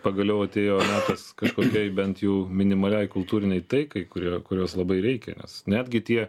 pagaliau atėjo metas kažkokiai bent jau minimaliai kultūrinei taikai kurie kurios labai reikia nes netgi tie